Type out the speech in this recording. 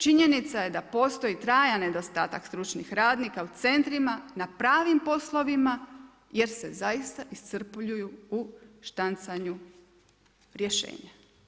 Činjenica je da postoji trajan nedostatak stručnih radnika, na centrima, na pravim poslovima, jer se zaista iscrpljuju u štancanju rješenja.